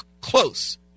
close